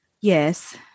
Yes